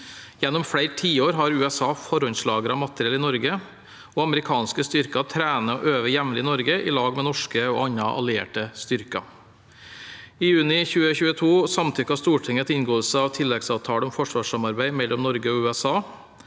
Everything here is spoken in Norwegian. Gjennom flere tiår har USA forhåndslagret materiell i Norge. Amerikanske styrker trener og øver jevnlig i Norge sammen med norske og andre allierte styrker. I juni 2022 samtykket Stortinget til inngåelse av tilleggsavtale om forsvarssamarbeid mellom Norge og USA.